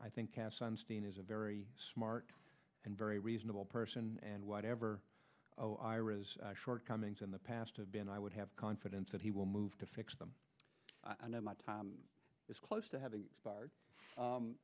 is a very smart and very reasonable person and whatever oh ira's shortcomings in the past have been i would have confidence that he will move to fix them i know my time is close to having expired